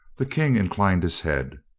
the king inclined his head.